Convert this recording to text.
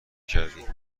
کردی